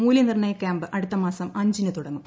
മൂലൃനിർണയ camp അടുത്തമാസം അഞ്ചിന് തുടങ്ങും